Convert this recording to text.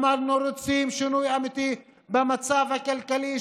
אמרנו שאנחנו רוצים שינוי אמיתי במצב הכלכלי,